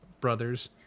brothers